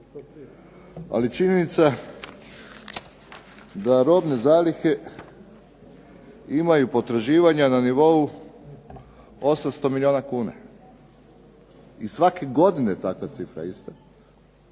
je činjenica da robne zalihe imaju potraživanja na nivou 800 milijuna kuna. I svake godine je takva cifra ista